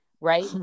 right